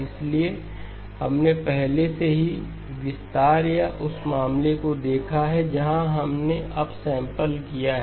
इसलिए हमने पहले से ही विस्तार या उस मामले को देखा है जहां हमने अपसैंपल् किया है